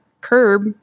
curb